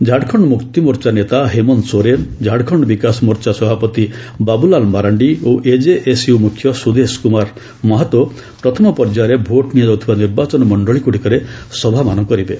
ଝାଡ଼ଖଣ୍ଡ ମୁକ୍ତିମୋର୍ଚ୍ଚା ନେତା ହେମନ୍ତ ସୋରେନ୍ ଝାଡ଼ାଖଣ ବିକାଶ ମୋର୍ଚ୍ଚା ସଭାପତି ବାବୁଲାଲ୍ ମରାଣ୍ଡି ଓ ଏଜେଏସ୍ୟୁ ମୁଖ୍ୟ ସୁଦେଶ କୁମାର ମାହାତୋ ପ୍ରଥମ ପର୍ଯ୍ୟାୟରେ ଭୋଟ୍ ନିଆଯାଉଥିବା ନିର୍ବାଚନ ମଣ୍ଡଳୀଗୁଡ଼ିକରେ ସଭାମାନ କରିବେ